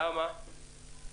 למה?